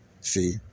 see